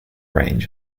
range